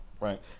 right